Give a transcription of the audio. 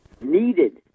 needed